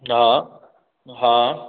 हा हा हा